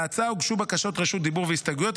להצעה הוגשו בקשות רשות דיבור והסתייגויות.